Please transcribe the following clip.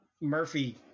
Murphy